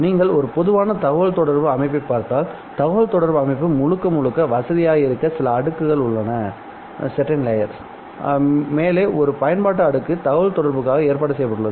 நீங்கள் ஒரு பொதுவான தகவல் தொடர்பு அமைப்பைப் பார்த்தால்தகவல்தொடர்பு அமைப்பு முழுக்க முழுக்க வசதியாக இருக்க சில அடுக்குகள் உள்ளனமேலே ஒரு பயன்பாட்டு அடுக்கு தகவல் தொடர்புக்காக ஏற்பாடு செய்யப்பட்டுள்ளது